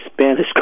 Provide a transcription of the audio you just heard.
Spanish